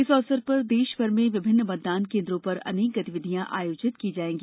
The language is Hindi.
इस अवसर पर देशभर में विभिन्न मतदान केन्द्रों पर अनेक गतिविधिया आयोजित की जाएगी